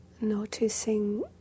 noticing